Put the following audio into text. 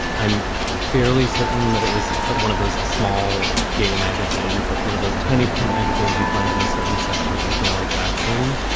i'm fairly certain that it was one of those small gay magazines like one of those tiny print magazines you find in a certain section at mcnally jackson.